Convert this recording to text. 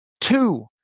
two